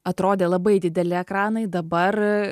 atrodė labai dideli ekranai dabar